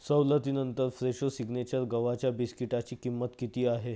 सवलतीनंतर Fresho signature गव्हाच्या बिस्किटाची किंमत किती आहे